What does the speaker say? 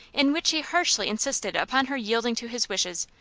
in which he harshly insisted upon her yielding to his wishes,